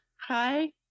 Hi